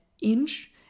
inch